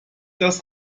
das